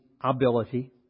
ability